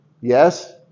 yes